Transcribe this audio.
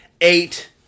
eight